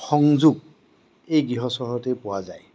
সংযোগ এই গৃহ চহৰতেই পোৱা যায়